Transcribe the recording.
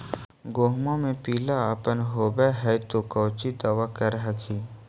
गोहुमा मे पिला अपन होबै ह तो कौची दबा कर हखिन?